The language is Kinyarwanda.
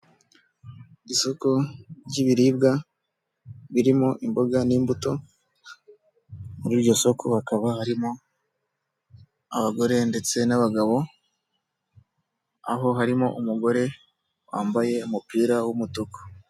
Isoko, ry'ibiribwa, birimo imboga n'imbuto. Muri iryo soko hakaba harimo, abagore ndetse n'abagabo. Aho harimo umugore wambaye umupira w'umutuku.